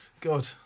God